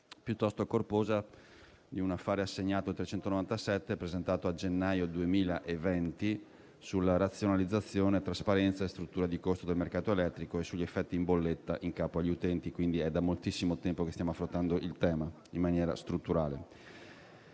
piuttosto corposa sull'affare assegnato a gennaio 2020 sulla razionalizzazione, la trasparenza e la struttura di costo del mercato elettrico e sugli effetti in bolletta in capo agli utenti (Atto n. 397). È da moltissimo tempo che stiamo affrontando il tema in maniera strutturale,